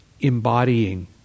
embodying